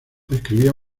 escribió